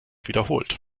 wiederholt